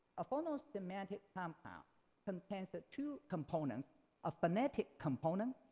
a phono-semantic compound contains the two components a phonetic component,